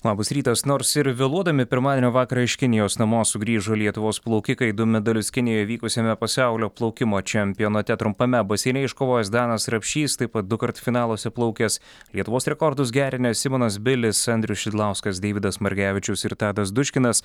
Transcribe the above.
labas rytas nors ir vėluodami pirmadienio vakarą iš kinijos namo sugrįžo lietuvos plaukikai du medalius kinijoje vykusiame pasaulio plaukimo čempionate trumpame baseine iškovojęs danas rapšys taip pat dukart finaluose plaukęs lietuvos rekordus gerinęs simonas bilis andrius šidlauskas deividas margevičius ir tadas duškinas